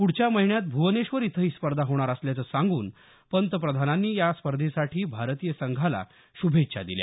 पुढच्या महिन्यात भुवनेश्वर इथं ही स्पर्धा होणार असल्याचं सांगून पंतप्रधानांनी या स्पर्धेसाठी भारतीय संघाला शुभेच्छा दिल्या